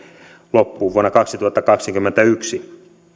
loppuu vuonna kaksituhattakaksikymmentäyksi